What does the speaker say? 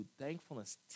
thankfulness